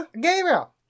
Gabriel